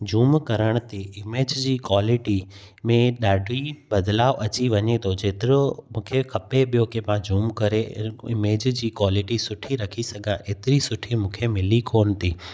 zoom करण ते image जी क्वालिटी में ॾाढी बदलाव अची वञे थो जेतिरो मूंखे खपे ॿियो की मां जूम करे इमेज जी क्वालिटी सुठी रखी सघां एतिरी सुठी मूंखे मिली कोन थी